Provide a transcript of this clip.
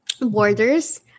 borders